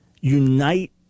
unite